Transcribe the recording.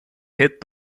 hit